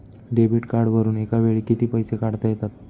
Debit कार्डवरुन एका वेळी किती पैसे काढता येतात?